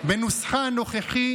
בנוסחה הנוכחי,